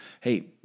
hey